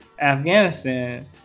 Afghanistan